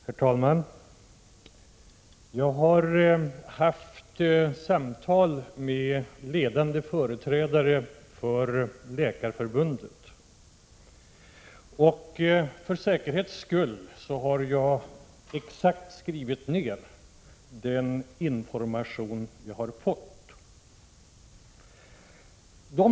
Herr talman! Jag har haft samtal med ledande företrädare för Läkarförbundet, och för säkerhets skull har jag exakt skrivit ned den information som jag har fått från dem.